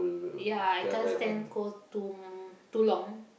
ya I can't stand cold too too long